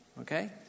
Okay